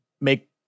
make